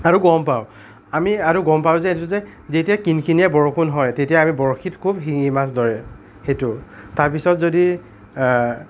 আৰু গম পাওঁ আমি আৰু গম পাওঁ যে এইটো যে যেতিয়া কিনকিনীয়া বৰষুণ হয় তেতিয়া আমি বৰশীত খুউব শিঙী মাছ ধৰে সেইটো তাৰপিছত যদি